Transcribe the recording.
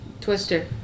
Twister